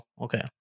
Okay